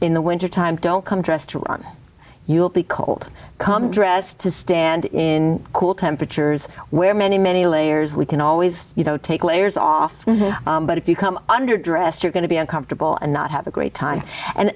in the winter time don't come dressed to run you'll be cold come dress to stand in cool temperatures wear many many layers we can always you know take layers off but if you come under dressed you're going to be uncomfortable and not have a great time and